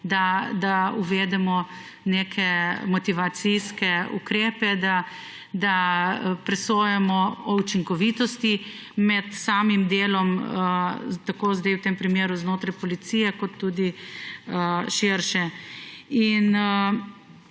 da uvedemo neke motivacijske ukrepe, da presojamo o učinkovitosti med samim delom, zdaj v tem primeru znotraj policije kot tudi širše. Ne